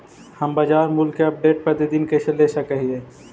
हम बाजार मूल्य के अपडेट, प्रतिदिन कैसे ले सक हिय?